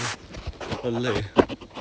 but how far are you along for your preparation